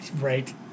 Right